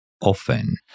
often